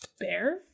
bear